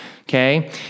okay